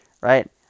right